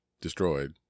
destroyed